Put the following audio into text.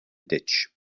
ditch